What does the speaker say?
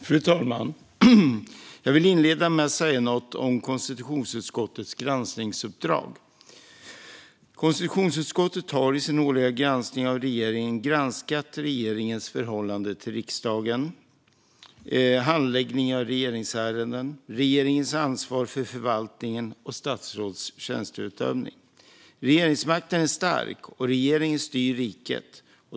Fru talman! Jag vill inleda med att säga något om konstitutionsutskottets granskningsuppdrag. Konstitutionsutskottet har i sin årliga granskning av regeringen granskat regeringens förhållande till riksdagen, handläggningen av regeringsärenden, regeringens ansvar för förvaltningen och statsråds tjänsteutövning. Regeringsmakten är stark, och regeringen styr riket.